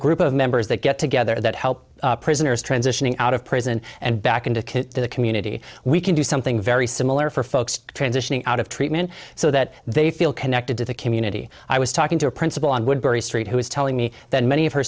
group of members that get together that help prisoners transitioning out of prison and back into the community we can do something very similar for folks transitioning out of treatment so that they feel connected to the community i was talking to a principal on woodbury street who was telling me that many of her